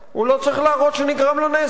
הוא לא צריך להראות שנגרם לו נזק,